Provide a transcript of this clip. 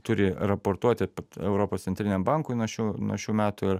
turi raportuoti europos centriniam bankui nuo šių nuo šių metų ir